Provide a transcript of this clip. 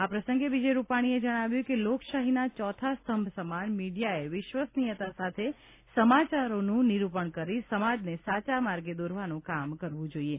આ પ્રસંગે વિજયભાઈ રૂપાણીએ જણાવ્યું છે કે લોકશાહીના ચોથા સ્તંભ સમાન મીડિયાએ વિશ્વસનિયતા સાથે સમાચારોનું નિરૂપણ કરી સમાજને સાચા માર્ગે દોરવાનું કામ કરવું જોઈએ